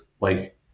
like-